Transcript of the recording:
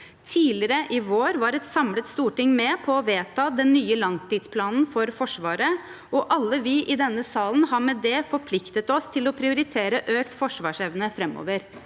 Tidligere i vår var et samlet storting med på å vedta den nye langtidsplanen for Forsvaret, og alle vi i denne salen har med det forpliktet oss til å prioritere økt forsvarsevne framover.